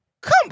Come